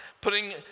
putting